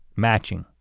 matching.